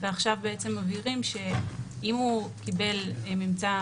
ועכשיו מבהירים שאם הוא קיבל ממצא